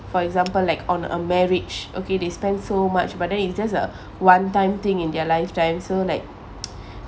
for example like on a marriage okay they spend so much but then it's just a one time thing in their lifetime so like